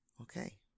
okay